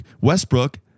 Westbrook